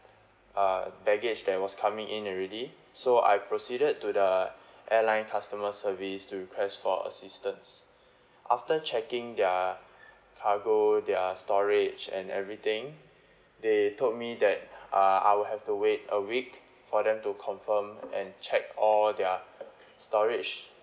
uh baggage that was coming in already so I proceeded to the airline customer service to request for assistance after checking their cargo their storage and everything they told me that uh I will have to wait a week for them to confirm and check all their storage